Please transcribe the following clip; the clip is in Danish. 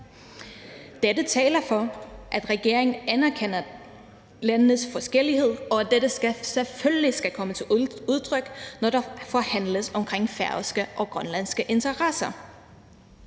Dette taler for, at regeringen anerkender landenes forskellighed, og at dette selvfølgelig skal komme til udtryk, når der forhandles omkring færøske og grønlandske interesser.